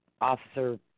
officer